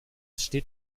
steht